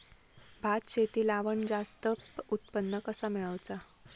भात शेती लावण जास्त उत्पन्न कसा मेळवचा?